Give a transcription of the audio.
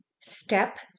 Step